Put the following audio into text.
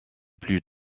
plus